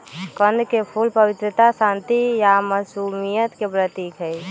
कंद के फूल पवित्रता, शांति आ मासुमियत के प्रतीक हई